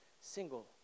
single